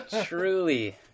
Truly